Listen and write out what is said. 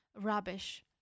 rubbish